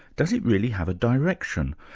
does it really have a direction?